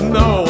no